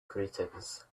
greetings